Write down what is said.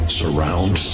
surround